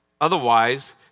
Otherwise